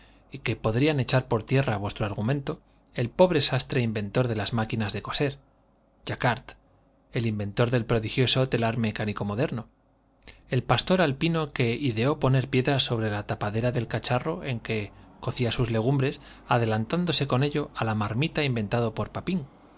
y que podrían echar por tier ra vuestro argumento el pobre sastre inventor de las máquinas de coser j aquart el inventor del prodigioso telar mecánico moderno el pastor alpino que ideó poner piedras sobre la tapadera del cacharro en que cocía sus legumbres adelantándose con ello á la marmita inventada por papin